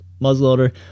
muzzleloader